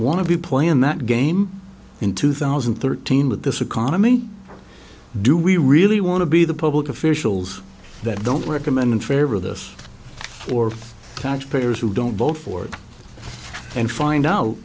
want to be playing that game in two thousand and thirteen with this economy do we really want to be the public officials that don't recommend in favor of this or taxpayers who don't vote for it and find out